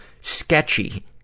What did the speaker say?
sketchy